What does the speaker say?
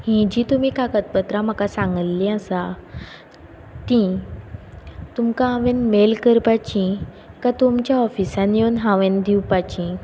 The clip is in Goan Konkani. ही जी तुमी कागद पत्रां म्हाका सांगिल्ली आसा ती तुमकां हांवें मेल करपाची काय तुमच्या ऑफिसान येवन हांवें दिवपाची